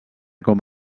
com